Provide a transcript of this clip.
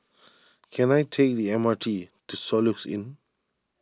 can I take the M R T to Soluxe Inn